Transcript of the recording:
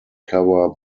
cover